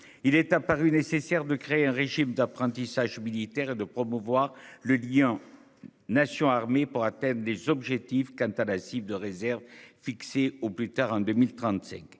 il est apparu nécessaire de créer un régime d'apprentissage militaire et de promouvoir le lien nation-armée pour atteindre des objectifs. Quant à l'acide de réserve fixé au plus tard en 2035